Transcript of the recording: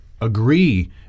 agree